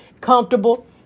comfortable